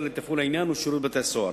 לתפעול העניין היא שירות בתי-הסוהר.